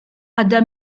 għadha